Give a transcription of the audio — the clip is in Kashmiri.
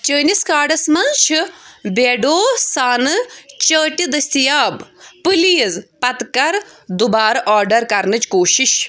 چٲنِس کاڈَس منٛز چھُ بیڈوز سانہٕ چٲٹہِ دٔستیاب پلیٖز پَتہٕ کَر دُبارٕ آرڈر کَرنٕچ کوٗشِش